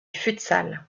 futsal